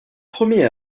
premier